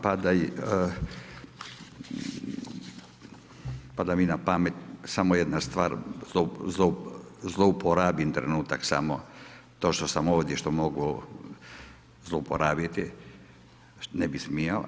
Pada mi na pamet samo jedna stvar, zlouporabim trenutak samo to što sam ovdje, što mogu zlouporabiti, ne bih smio.